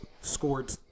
scored